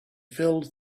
filled